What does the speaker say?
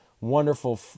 wonderful